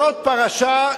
זאת פרשה,